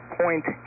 point